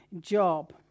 job